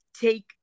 take